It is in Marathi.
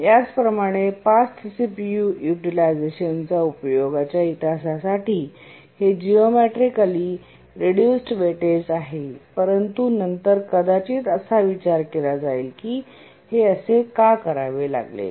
याप्रमाणेपास्ट सीपीयू यूटिलिझेशन उपयोगाच्या इतिहासासाठी हे जीओमेट्रीकली रेडुसड वेटेज आहे परंतु नंतर कदाचित असा विचार केला जाईल की हे असे का करावे लागेल